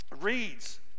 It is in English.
reads